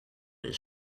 his